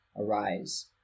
arise